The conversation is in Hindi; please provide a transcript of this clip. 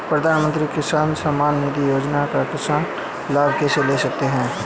प्रधानमंत्री किसान सम्मान निधि योजना का किसान लाभ कैसे ले सकते हैं?